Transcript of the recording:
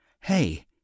hey